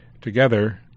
together